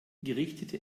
gerichtete